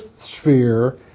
sphere